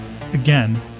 Again